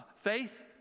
Faith